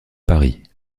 paris